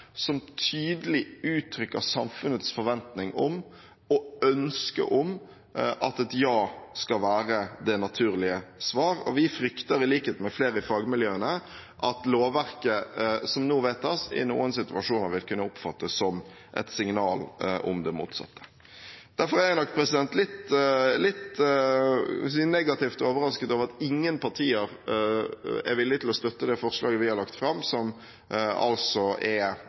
som tydelig uttrykker samfunnets forventning om og ønske om at et ja skal være det naturlige svar, og vi frykter, i likhet med flere i fagmiljøene, at lovverket som nå vedtas, i noen situasjoner vil kunne oppfattes som et signal om det motsatte. Derfor er jeg nok litt negativt overrasket over at ingen partier er villige til å støtte det forslaget vi har lagt fram, som altså er